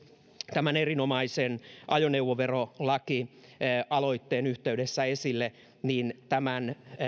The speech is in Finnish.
tämän erinomaisen ajoneuvoverolakialoitteen yhteydessä esille tämä